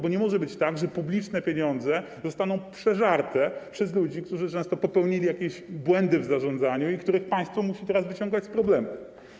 Bo nie może być tak, że publiczne pieniądze zostaną przeżarte przez ludzi, którzy często popełnili jakieś błędy w zarządzaniu i których państwo musi teraz wyciągać z problemów.